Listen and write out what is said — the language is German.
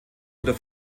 oder